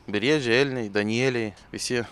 briedžiai elniai danieliai visi